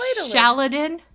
Shaladin